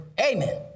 Amen